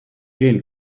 gain